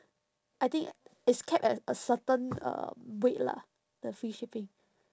I think it's capped at a certain um weight lah the free shipping